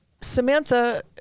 Samantha